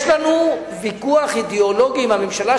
יש לנו ויכוח אידיאולוגי עם הממשלה,